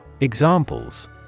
Examples